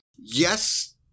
Yes